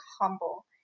humble